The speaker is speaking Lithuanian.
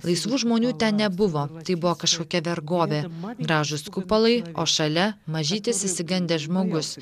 laisvų žmonių ten nebuvo tai buvo kažkokia vergovė man gražūs kupolai o šalia mažytis išsigandęs žmogus